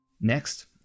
Next